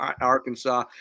Arkansas